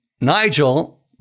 Nigel